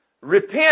repent